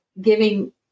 giving